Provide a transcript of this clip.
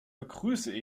begrüße